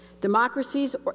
Democracies